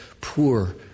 poor